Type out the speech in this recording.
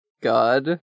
God